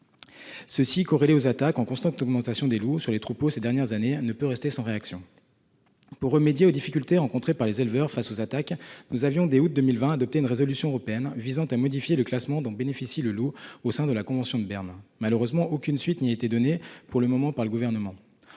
corrélé à la constante augmentation des attaques de troupeaux ces dernières années, nous ne pouvons pas rester sans réaction. Pour pallier les difficultés rencontrées par les éleveurs, nous avions, dès août 2020, adopté une résolution européenne visant à modifier le classement dont bénéficie le loup au sein de la convention de Berne. Malheureusement, aucune suite n'y a été donnée par le Gouvernement.